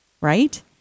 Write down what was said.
right